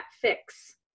fix